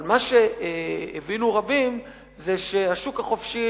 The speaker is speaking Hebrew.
אבל מה שהבינו רבים זה שהשוק החופשי,